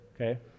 okay